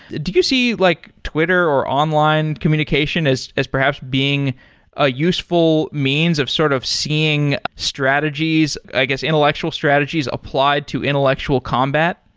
do you see like twitter or online communication as as perhaps being a useful means of sort of seeing strategies, i guess intellectual strategies applied to intellectual combat?